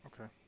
okay